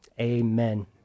Amen